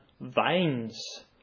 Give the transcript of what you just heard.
vines